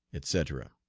etc.